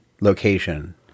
location